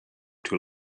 too